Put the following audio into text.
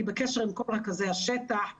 אני בקשר עם כל רכזי השטח.